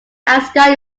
asgard